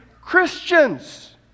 Christians